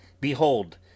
Behold